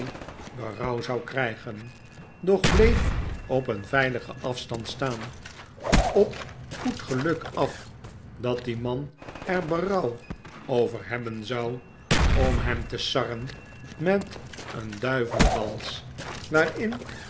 berouw zou krygen doch bleef op een veiligen afstand staan op goed geluk af dat de man er berouw over hebben zou om hem tesarren met een duivelen dans waarin